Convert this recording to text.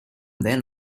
then